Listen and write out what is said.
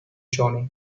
johnny